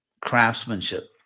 craftsmanship